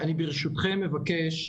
ברשותכם אבקש,